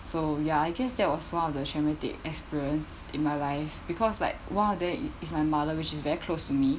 so ya I guess that was one of the traumatic experience in my life because like one of them is my mother which is very close to me